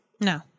No